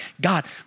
God